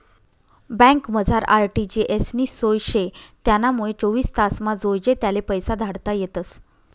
बँकमझार आर.टी.जी.एस नी सोय शे त्यानामुये चोवीस तासमा जोइजे त्याले पैसा धाडता येतस